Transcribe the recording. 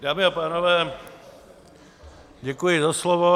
Dámy a pánové, děkuji za slovo.